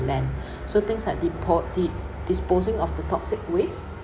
land so things like depo~ de~ disposing of the toxic waste